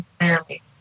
rarely